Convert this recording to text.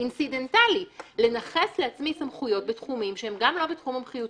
אינצידנטלית לנכס לעצמי סמכויות בתחומים שהם גם לא בתחם מומחיותי,